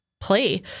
play